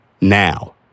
Now